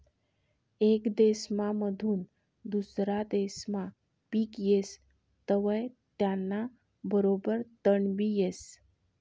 येक देसमाधून दुसरा देसमा पिक येस तवंय त्याना बरोबर तणबी येस